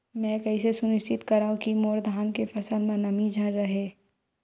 मैं कइसे सुनिश्चित करव कि मोर धान के फसल म नमी झन रहे?